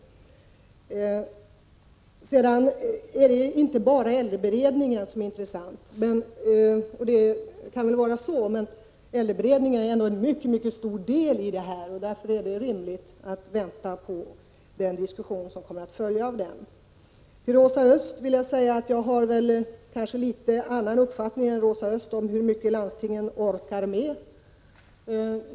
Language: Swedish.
Det är inte bara äldreberedningen som är intressant, men den är en mycket stor del av det här området. Därför är det rimligt att vänta på den diskussion som kommer att följa på den utredningen. Till Rosa Östh vill jag säga att jag kanske har en annan uppfattning än hon om hur mycket landstingen orkar med.